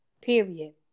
Period